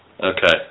Okay